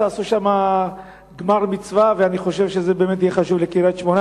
תעשו שם גמר מצווה ואני חושב שזה באמת יהיה חשוב לקריית-שמונה,